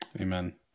Amen